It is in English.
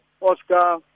Oscar